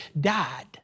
died